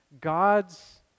God's